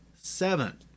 seven